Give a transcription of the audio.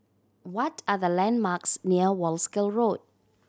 what are the landmarks near Wolskel Road